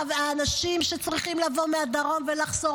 האנשים שצריכים לבוא מהדרום ולחזור,